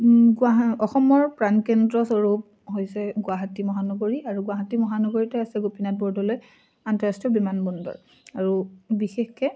অসমৰ প্ৰাণকেন্দ্ৰ স্বৰূপ হৈছে গুৱাহাটী মহানগৰী আৰু গুৱাহাটী মহানগৰীতে আছে গোপীনাথ বৰদলৈ আন্তঃৰাষ্ট্ৰীয় বিমানবন্দৰ আৰু বিশেষকে